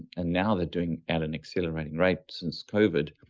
and now they're doing at an accelerating rate since covid,